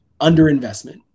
underinvestment